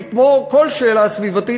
כי כמו כל שאלה סביבתית,